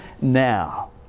now